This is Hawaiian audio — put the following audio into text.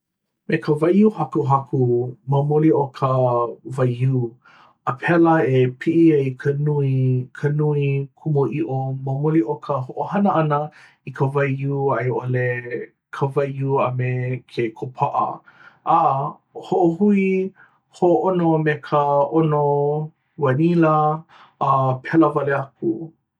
me ka waiūhakuhaku ma muli o ka waiū. a pēlā e a piʻi ai ka nui ka nui kumuʻiʻo ma muli o ka hoʻohana ʻana i ka waiū a i ʻole ka waiū a me ke kopaʻa a hoʻohui hōʻono me ka ʻono wanila a pēlā wale aku